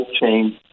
change